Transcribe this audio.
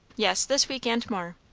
yes, this week and more.